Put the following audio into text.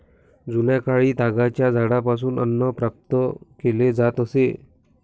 जुन्याकाळी तागाच्या झाडापासून अन्न प्राप्त केले जात असे